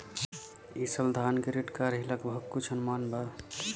ई साल धान के रेट का रही लगभग कुछ अनुमान बा?